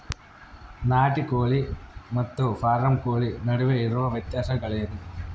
ನಾಟಿ ಕೋಳಿ ಮತ್ತು ಫಾರಂ ಕೋಳಿ ನಡುವೆ ಇರುವ ವ್ಯತ್ಯಾಸಗಳೇನು?